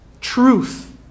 truth